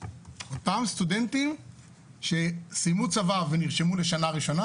אותם סטודנטים שסיימו צבא ונרשמו לשנה ראשונה